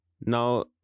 Now